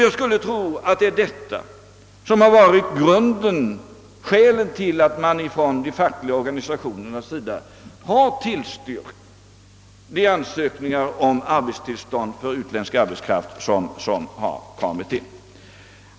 Jag skulle tro att det är detta som har varit skälen till att de fackliga organisationerna har tillstyrkt de ansökningar om arbetstillstånd för utländsk arbetskraft som kommit in.